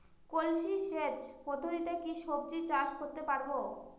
কলসি সেচ পদ্ধতিতে কি সবজি চাষ করতে পারব?